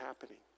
happening